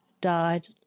Died